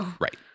Right